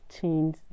change